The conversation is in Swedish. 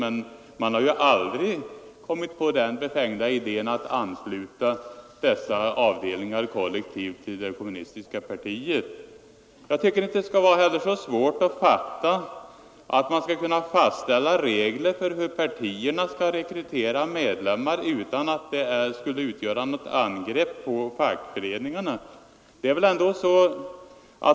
Men man har aldrig kommit på den befängda idén att ansluta dessa avdelningar kollektivt till det kommunistiska partiet. Jag tycker inte det skall vara så svårt att fatta att man skall kunna fastställa regler för hur partierna skall rekrytera medlemmar utan att det skulle utgöra något angrepp på fackföreningarna.